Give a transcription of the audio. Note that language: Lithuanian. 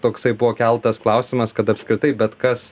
toksai buvo keltas klausimas kad apskritai bet kas